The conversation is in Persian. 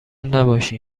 نباشین